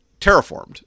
terraformed